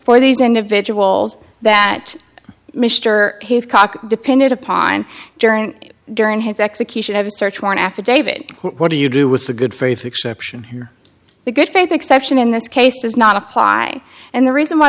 for these individuals that mr hitchcock depended upon during during his execution of a search warrant affidavit what do you do with a good faith exception the good faith exception in this case does not apply and the reason why